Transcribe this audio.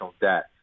debt